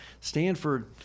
Stanford